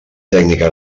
tècnica